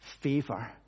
favor